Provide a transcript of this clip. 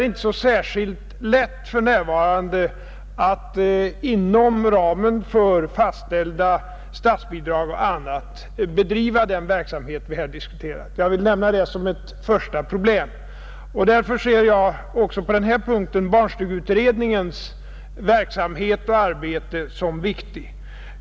Men verksamheten i övrigt, som bedrivs i stor skala, ligger inom den s, k. förskoleverksamheten med socialstyrelsen som verk och i allmänhet andra nämnder än skolstyrelsen som ansvariga. Det gör att det inte är så särskilt lätt för närvarande att inom ramen för fastställda statsbidrag m.m. bedriva den verksamhet vi här diskuterar. Jag vill nämna detta som ett första problem. Därför ser jag också på den här punkten barnstugeutredningens arbete som viktigt.